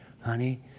honey